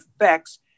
effects